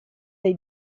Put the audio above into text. dai